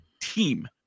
team